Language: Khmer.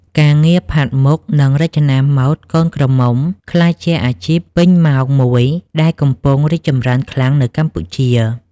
ការងារផាត់មុខ និងរចនាម៉ូដកូនក្រមុំបានក្លាយជាអាជីពពេញម៉ោងមួយដែលកំពុងរីកចម្រើនខ្លាំងនៅកម្ពុជា។